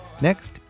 Next